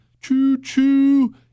choo-choo